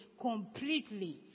completely